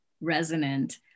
resonant